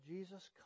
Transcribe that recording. Jesus